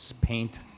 paint